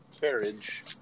carriage